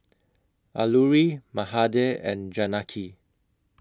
Alluri Mahade and Janaki